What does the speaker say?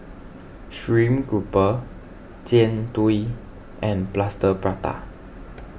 Stream Grouper Jian Dui and Plaster Prata